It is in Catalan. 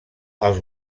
als